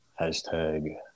hashtag